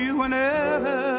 whenever